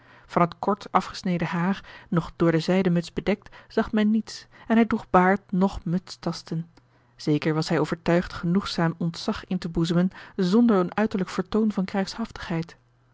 van het kort afgesneden haar nog door de zijden muts bedekt zag men niets en hij droeg baard noch mutstatsen zeker was hij overtuigd genoegzaam ontzag in te boezemen zonder een uiterlijk vertoon van